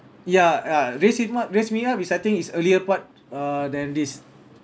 ya uh raise it mat raise me up is I think is earlier part uh than this